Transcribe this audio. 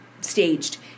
staged